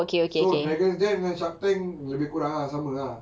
so dragon's den dengan shark tank lebih kurang ah sama ah